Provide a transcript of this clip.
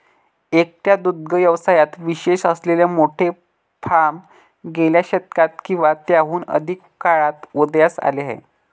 एकट्या दुग्ध व्यवसायात विशेष असलेले मोठे फार्म गेल्या शतकात किंवा त्याहून अधिक काळात उदयास आले आहेत